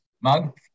Mug